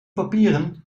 papieren